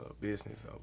business